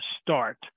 start